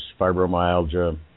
fibromyalgia